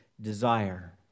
desire